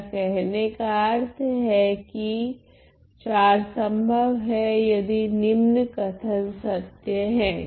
मेरा कहने का अर्थ है कि IV संभव है यदि निम्न कथन सत्य हैं